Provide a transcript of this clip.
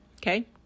okay